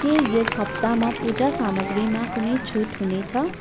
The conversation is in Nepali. के यस हप्तामा पूजा सामग्रीमा कुनै छुट हुने छ